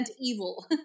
evil